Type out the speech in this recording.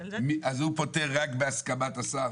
אז הוא פוטר רק בהסכמת השר?